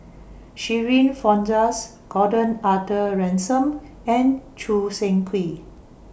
Shirin Fozdar Gordon Arthur Ransome and Choo Seng Quee